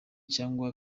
cyangwa